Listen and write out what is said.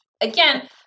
Again